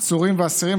עצורים ואסירים,